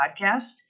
Podcast